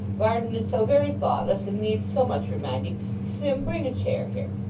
varden is so very thoughtless, and needs so much reminding sim, bring a chair here